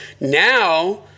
Now